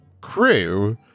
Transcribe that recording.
crew